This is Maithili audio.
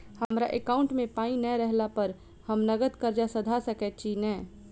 हमरा एकाउंट मे पाई नै रहला पर हम नगद कर्जा सधा सकैत छी नै?